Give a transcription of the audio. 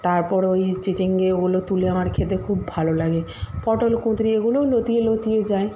তারপর ওই চিচিঙ্গা ওগুলো তুলে আমার খেতে খুব ভালো লাগে পটল কুঁদরি এগুলোও লতিয়ে লতিয়ে যায়